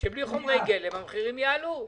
שבלי חומרי גלם המחירים יעלו.